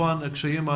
בפני השלטון המקומי,